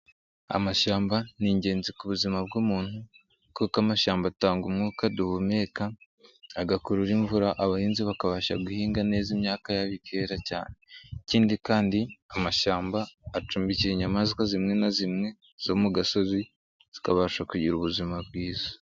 Amashyamba ni ingenzi ku buzima bw'umuntu kuko amashyamba atanga umwuka duhumeka, agakurura imvura abahinzi bakabasha guhinga neza imyaka yabo ikera cyane, ikindi kandi amashyamba acumbikiye inyamaswa zimwe na zimwe zo mu gasozi zikabasha kugira ubuzima bwiza.